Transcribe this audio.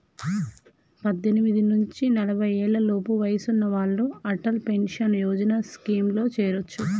పద్దెనిమిది నుంచి నలభై ఏళ్లలోపు వయసున్న వాళ్ళు అటల్ పెన్షన్ యోజన స్కీమ్లో చేరొచ్చు